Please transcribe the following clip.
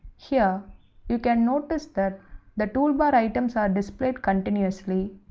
here you can notice that the toolbar items are displayed continuously.